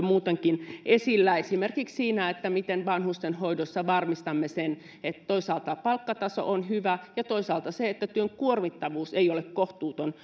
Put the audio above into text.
muutenkin esillä esimerkiksi siinä miten vanhustenhoidossa varmistamme toisaalta sen että palkkataso on hyvä ja toisaalta sen että työn kuormittavuus ei ole kohtuuton